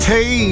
Hey